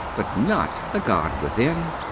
but not the god within.